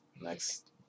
next